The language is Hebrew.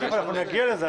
נגיע לזה.